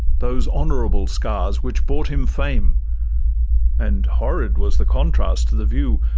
those honourable scars which brought him fame and horrid was the contrast to the view